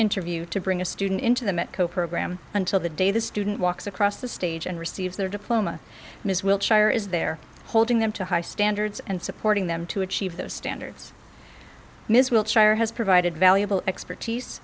interview to bring a student into the mco program until the day the student walks across the stage and receives their diploma his wiltshire is there holding them to high standards and supporting them to achieve those standards ms wiltshire has provided valuable expertise